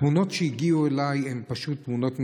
התמונות שהגיעו אליי הן פשוט תמונות מזעזעות,